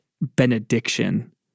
benediction